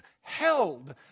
held